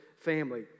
family